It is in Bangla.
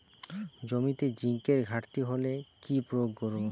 জমিতে জিঙ্কের ঘাটতি হলে কি প্রয়োগ করব?